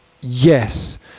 Yes